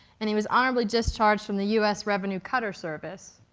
and he was honorably discharged from the u s. revenue cutter service.